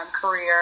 career